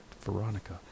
Veronica